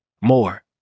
more